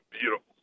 beautiful